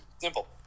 Simple